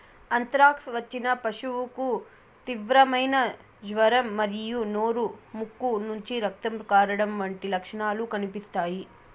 anthrax వచ్చిన పశువుకు తీవ్రమైన జ్వరం మరియు నోరు, ముక్కు నుంచి రక్తం కారడం వంటి లక్షణాలు కనిపిస్తాయి